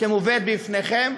שמובאת לפניכם,